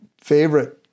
favorite